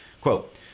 quote